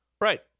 Right